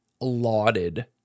lauded